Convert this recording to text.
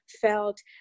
felt